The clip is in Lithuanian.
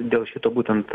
dėl šito būtent